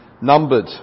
numbered